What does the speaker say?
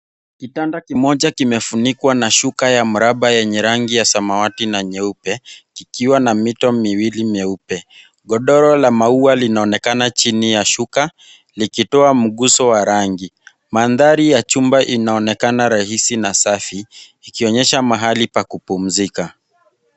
Kitanda kimoja kimefunikwa na shuka ya mraba yenye rangi ya samawati na nyeupe kikiwa na mito miwili meupe. Godoro la maua linaonekana chini ya shuka likitoa mguso wa rangi. Mandhari ya chumba inaonekana rahisi na safi, ikionyesha mahali ya kupumzika.